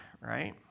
right